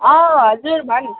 अँ हजुर भन्